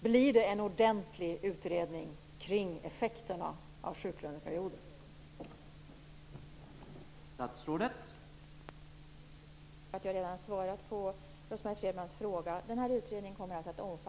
Blir det en ordentlig utredning av sjuklöneperiodens effekter?